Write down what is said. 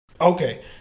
Okay